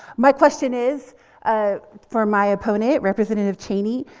my question is ah for my opponent representative cheney.